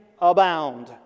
abound